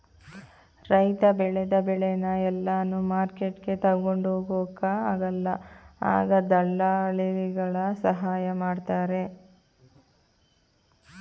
ರೈತ ಬೆಳೆದ ಬೆಳೆನ ಎಲ್ಲಾನು ಮಾರ್ಕೆಟ್ಗೆ ತಗೊಂಡ್ ಹೋಗೊಕ ಆಗಲ್ಲ ಆಗ ದಳ್ಳಾಲಿಗಳ ಸಹಾಯ ಮಾಡ್ತಾರೆ